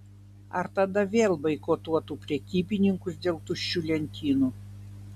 ar tada vėl boikotuotų prekybininkus dėl tuščių lentynų